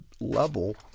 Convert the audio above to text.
level